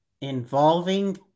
involving